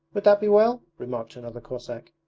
would that be well remarked another cossack.